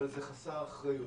אבל זה חסר אחריות.